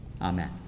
amen